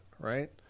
Right